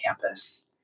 campus